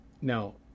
Now